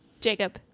jacob